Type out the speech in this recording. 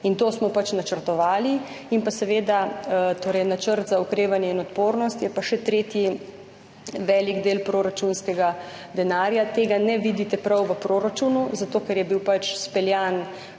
To smo načrtovali. In seveda, Načrt za okrevanje in odpornost je pa še tretji, en velik del proračunskega denarja. Tega ne vidite prav v proračunu, zato ker je bil zapeljan